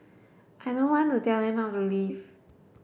I don't want to tell them how to live